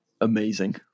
amazing